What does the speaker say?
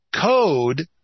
code